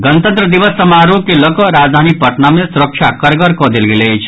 गणतंत्र दिवस समारोह के लऽ कऽ राजधानी पटना मे सुरक्षा करगड़ प्रबंध कऽ गेल अछि